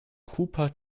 cooper